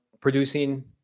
producing